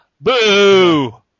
Boo